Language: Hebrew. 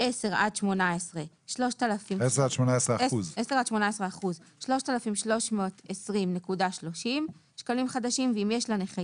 מ-10 אחוזים עד 18 אחוזים- 3,320.30 שקלים ואם יש לנכה